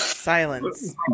Silence